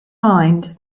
mind